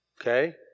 okay